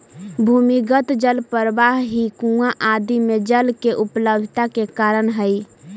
भूमिगत जल प्रवाह ही कुआँ आदि में जल के उपलब्धता के कारण हई